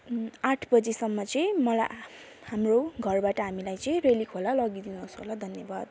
आठ बजीसम्म चाहिँ मलाई हाम्रो घरबाट हामीलाई चाहिँ रेली खोला लगिदिनुहोस् होला धन्यवाद